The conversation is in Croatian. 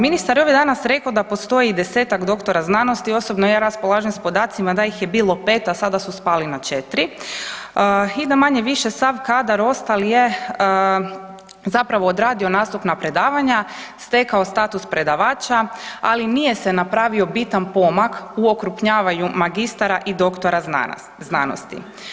Ministar je ovdje danas rekao da postoji i desetak doktora znanosti, osobno, ja raspolažem s podacima da ih je bilo 5, a sada su spali na 4 i da manje-više, sav kadar ostali je zapravo odradio nastupna predavanja, stekao status predavača, ali nije se napravio bitan pomak u okrupnjavanju magistara i doktora znanosti.